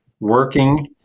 working